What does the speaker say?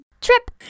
Trip